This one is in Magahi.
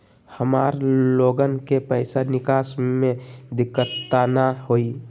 हमार लोगन के पैसा निकास में दिक्कत त न होई?